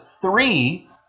three